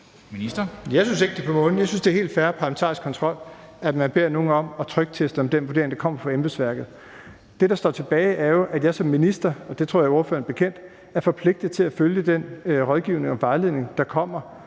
synes ikke, det er på månen; jeg synes, det er helt fair parlamentarisk kontrol, at man beder nogen om at trykteste, om den vurdering, der kommer fra embedsværket, holder. Det, der står tilbage, er jo, at jeg som minister – og det tror jeg er ordføreren bekendt – er forpligtet til at følge den rådgivning og vejledning, der kommer,